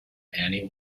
annie